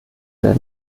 der